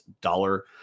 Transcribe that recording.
dollar